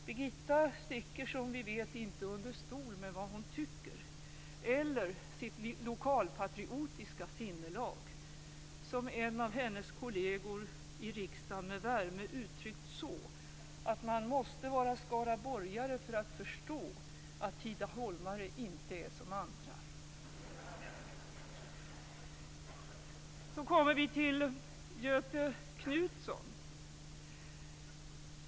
Birgitta sticker, som vi vet, inte under stol med vad hon tycker eller med sitt lokalpatriotiska sinnelag - som av en av hennes kolleger i riksdagen med värme uttryckts så, att man måste vara skaraborgare för att förstå att tidaholmare inte är som andra! Så kommer vi till Göthe Knutson.